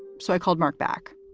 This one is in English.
so i called mark back